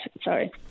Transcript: sorry